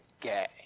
gay